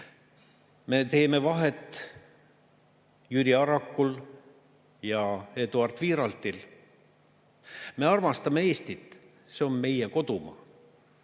Me teeme vahet Jüri Arrakul ja Eduard Wiiraltil. Me armastame Eestit, see on meie kodumaa.